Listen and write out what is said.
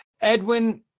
Edwin